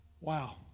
Wow